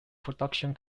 production